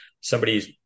Somebody's